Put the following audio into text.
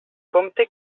compte